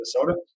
Minnesota